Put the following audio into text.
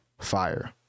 fire